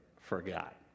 forgot